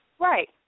Right